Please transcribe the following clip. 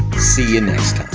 see you next